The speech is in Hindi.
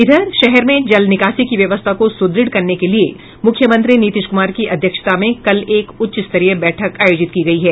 इधर शहर में जल निकासी की व्यवस्था को सुदृढ़ करने के लिए मुख्यमंत्री नीतीश कुमार की अध्यक्षता में कल एक उच्चस्तरीय बैठक आयोजित की गयी है